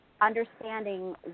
understanding